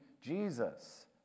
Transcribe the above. Jesus